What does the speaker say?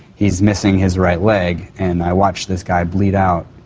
he's missing his right leg, and i watched this guy bleed out.